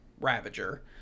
Ravager